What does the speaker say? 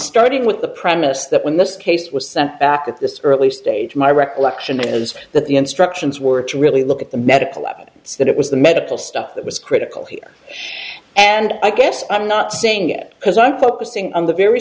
starting with the premise that when this case was sent back at this early stage my recollection is that the instructions were to really look at the medical evidence that it was the medical stuff that was critical here and i guess i'm not saying it because i'm focusing on the very